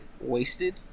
wasted